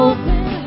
Open